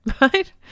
right